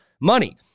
money